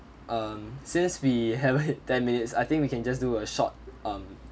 um since we haven't hit ten minutes I think we can just do a short um